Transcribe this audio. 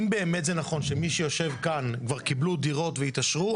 אם באמת זה נכון שמי שיושב כאן כבר קיבלו דירות והתעשרו,